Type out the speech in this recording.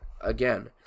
again